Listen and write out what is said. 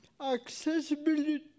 accessibility